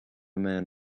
man